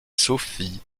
sophie